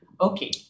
Okay